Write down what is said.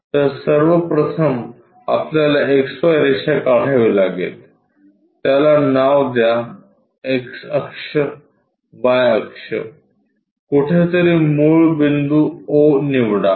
तर सर्व प्रथम आपल्याला XY रेषा काढावी लागेल त्याला नाव द्या एक्स अक्ष वाय अक्ष कुठेतरी मूळ बिंदू O निवडा